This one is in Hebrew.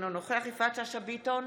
אינו נוכח יפעת שאשא ביטון,